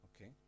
okay